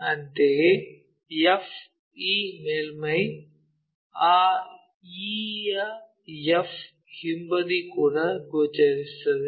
ಅಂತೆಯೇ f e ಮೇಲ್ಮೈ ಆ e ಯ f ಹಿಂಬದಿ ಕೂಡ ಗೋಚರಿಸುತ್ತದೆ